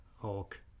Hulk